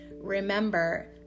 Remember